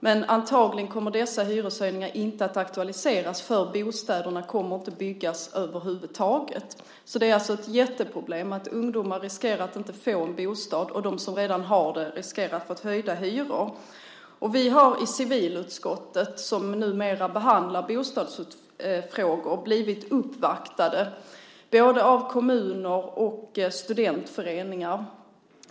Men antagligen kommer dessa hyreshöjningar inte att aktualiseras, för bostäderna kommer inte att byggas över huvud taget. Det är alltså ett jätteproblem att ungdomar riskerar att inte få en bostad och att de som redan har det riskerar att få höjda hyror. Vi har i civilutskottet, som numera behandlar bostadsfrågor, blivit uppvaktade av både kommuner och studentföreningar.